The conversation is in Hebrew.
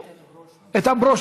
אני, איתן ברושי.